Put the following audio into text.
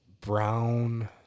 brown